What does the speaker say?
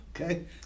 Okay